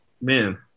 man